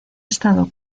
estado